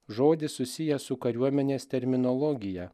žodis susijęs su kariuomenės terminologija